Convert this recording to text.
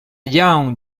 young